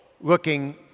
looking